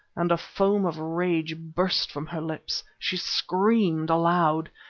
and a foam of rage burst from her lips. she screamed aloud.